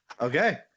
Okay